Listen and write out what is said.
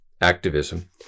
activism